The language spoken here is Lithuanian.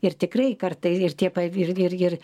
ir tikrai kartai ir tie pav ir ir ir